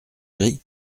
gris